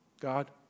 God